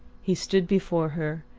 he stood before her,